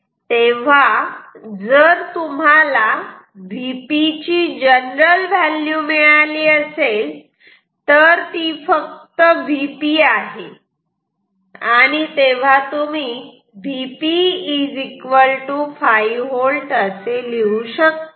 तेव्हा जर तुम्हाला Vp ची जनरल व्हॅल्यू मिळाली असेल तर ती फक्त Vp आहे आणि तेव्हा तुम्ही Vp 5V असे लिहू शकतात